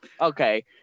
okay